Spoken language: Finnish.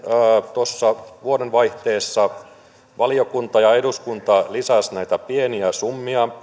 tuossa vuodenvaihteessa valiokunta ja eduskunta lisäsivät vielä poliisille pieniä summia